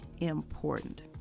important